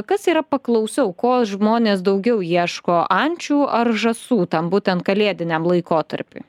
kas yra paklausiau ko žmonės daugiau ieško ančių ar žąsų tam būtent kalėdiniam laikotarpiui